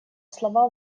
слова